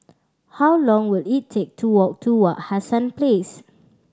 how long will it take to walk to Wak Hassan Place